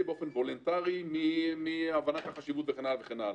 באופן וולונטרי מהבנת החשיבות וכן הלאה.